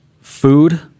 food